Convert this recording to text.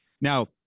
Now